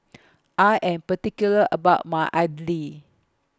I Am particular about My Idly